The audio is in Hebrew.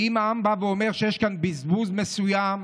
ואם העם בא ואומר שיש כאן בזבוז מסוים,